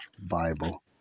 Bible